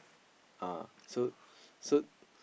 uh so so